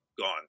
gone